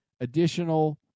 additional